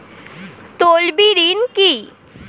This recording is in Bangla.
তলবি ঋণ কি?